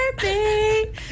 baby